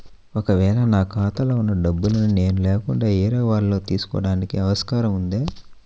ఒక వేళ నా ఖాతాలో వున్న డబ్బులను నేను లేకుండా వేరే వాళ్ళు తీసుకోవడానికి ఆస్కారం ఉందా?